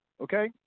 Okay